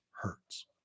hurts